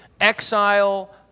exile